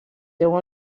déu